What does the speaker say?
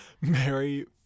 Mary